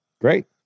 Great